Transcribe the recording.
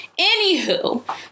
anywho